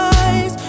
eyes